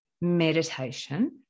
Meditation